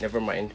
nevermind